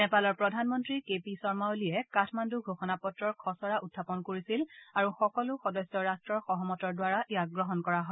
নেপালৰ প্ৰধানমন্ত্ৰী কে পি শৰ্মা অলিয়ে কাঠমাণ্ড় ঘোষণাপত্ৰৰ খচৰা উখাপন কৰিছিল আৰু সকলো সদস্য ৰট্টৰ সহমতৰ দ্বাৰা ইয়াক গ্ৰহণ কৰা হয়